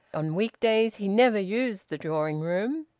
on weekdays he never used the drawing-room,